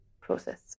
process